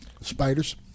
Spiders